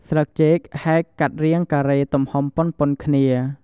ស្លឹកចេកហែកកាត់រាងការេទំហំប៉ុនៗគ្នា។